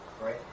right